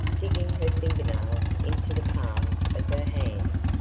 digging her fingernails into the palms of her hands.